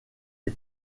les